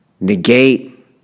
negate